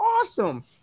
awesome